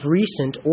recent